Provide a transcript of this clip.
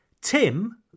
Tim